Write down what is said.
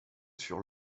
sur